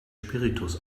spiritus